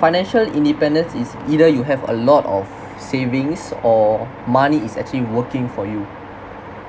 financial independence is either you have a lot of savings or money is actually working for you